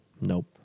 Nope